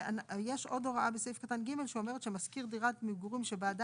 ויש עוד הוראה בסעיף קטן (ג) שאומרת שמשכיר דירת מגורים שבעדה